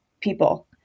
people